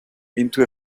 into